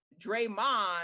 Draymond